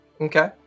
Okay